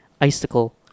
icicle